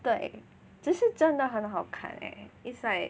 对这是真的很好看 leh it's like